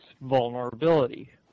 vulnerability